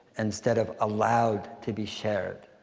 instead of allowed to be shared.